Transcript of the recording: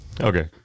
Okay